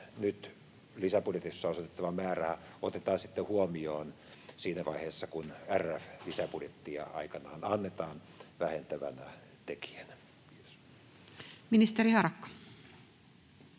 nyt lisäbudjetissa osoitettava määräraha otetaan huomioon sitten siinä vaiheessa, kun RRF-lisäbudjettia aikanaan annetaan, vähentävänä tekijänä. [Speech 138]